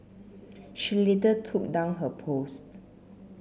she later took down her post